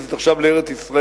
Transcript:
שנכנסת עכשיו לארץ-ישראל,